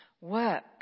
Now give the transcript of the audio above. work